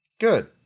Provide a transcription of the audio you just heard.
Good